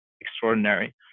extraordinary